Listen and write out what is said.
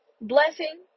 blessing